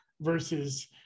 versus